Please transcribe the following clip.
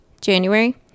January